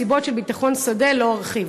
ומסיבות של ביטחון שדה לא ארחיב.